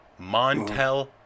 Montel